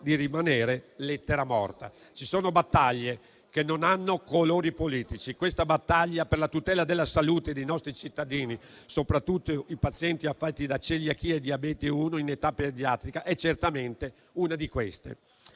di rimanere lettera morta. Ci sono battaglie che non hanno colori politici. La battaglia per la tutela della salute dei nostri cittadini, soprattutto dei pazienti affetti da celiachia e diabete di tipo 1 in età pediatrica, è certamente una di queste.